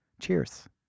Cheers